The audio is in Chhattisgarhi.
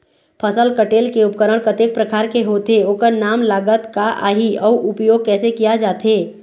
फसल कटेल के उपकरण कतेक प्रकार के होथे ओकर नाम लागत का आही अउ उपयोग कैसे किया जाथे?